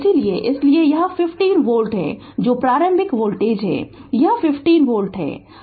इसलिए इसलिए यह 15 वोल्ट है जो प्रारंभिक वोल्टेज है यह 15 वोल्ट है